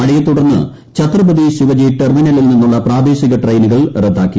മഴയെ തുടർന്ന് ഛത്രപതി ശിവജി ടെർമിനലിൽ നിന്നുള്ള പ്രാദേശിക ട്രെയിനുകൾ റദ്ദാക്കി